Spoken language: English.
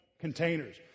containers